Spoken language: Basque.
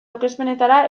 aurkezpenetara